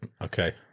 Okay